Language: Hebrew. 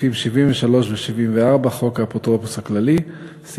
סעיפים 73 ו-74, חוק האפוטרופוס הכללי, ב.